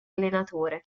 allenatore